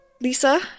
Lisa